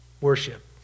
worship